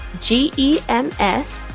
G-E-M-S